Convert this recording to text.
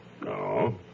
No